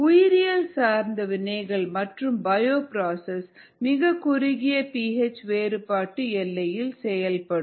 உயிரியல் சார்ந்த வினைகள் மற்றும் பயோப்ராசஸ் மிக குறுகிய பிஹெச் வேறுபாட்டு எல்லையில் செயல்படும்